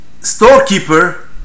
storekeeper